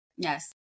Yes